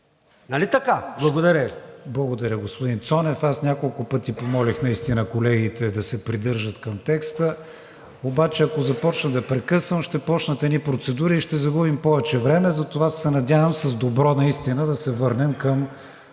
КРИСТИАН ВИГЕНИН: Благодаря, господин Цонев. Аз няколко пъти помолих наистина колегите да се придържат към текста, обаче ако започна да прекъсвам, ще започнат едни процедури и ще загубим повече време. Затова се надявам с добро наистина да се върнем към